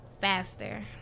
faster